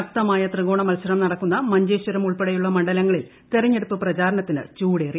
ശക്തമായ ത്രികോണ മത്സരം നടക്കുന്ന മഞ്ചേശ്വരം ഉൾപ്പെടെയുള്ള മണ്ഡലങ്ങളിൽ തെരഞ്ഞെടുപ്പ് പ്രചാരണത്തിന് ചൂടേറി